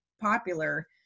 popular